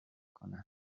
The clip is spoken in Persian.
کنن